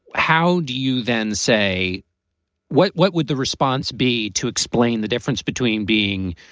how do you then say what? what would the response be to explain the difference between being,